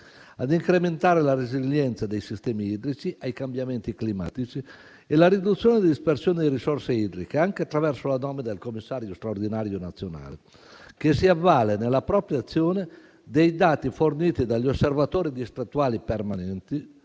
ad incrementare la resilienza dei sistemi idrici ai cambiamenti climatici e la riduzione della dispersione di risorse idriche, anche attraverso la nomina del Commissario straordinario nazionale, che si avvale, nella propria azione, dei dati forniti dagli osservatori distrettuali permanenti